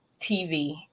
TV